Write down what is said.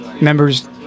members